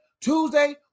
Tuesday